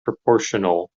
proportional